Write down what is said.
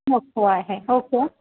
नको आहे ओके